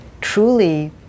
truly